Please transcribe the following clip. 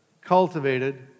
cultivated